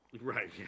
Right